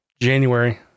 January